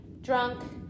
drunk